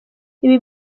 ibi